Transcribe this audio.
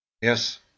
Yes